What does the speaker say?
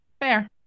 fair